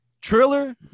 Triller